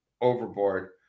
overboard